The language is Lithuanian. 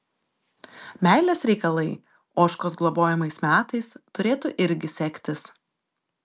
meilės reikalai ožkos globojamais metais turėtų irgi sektis